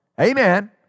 Amen